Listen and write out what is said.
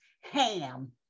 ham